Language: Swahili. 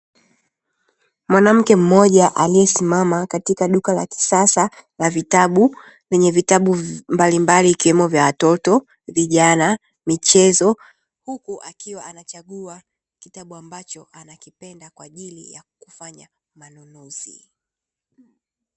Mwanamke mmoja aliyesimama katika duka la kisasa la vitabu lenye vitabu mbalimbali ikiwemo vya watoto, vijana, michezo, huku akiwa anachagua kitabu ambacho anakipenda, kwa ajili ya kufanya manunuazi.